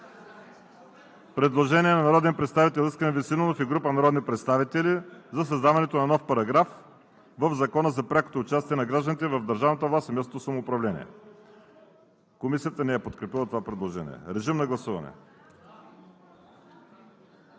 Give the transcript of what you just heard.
предложението на народния представител Искрен Веселинов и група народни представители за създаването на нов параграф в Закона за прякото участие на гражданите в държавната власт и местното самоуправление. Комисията не подкрепя предложението. Гласували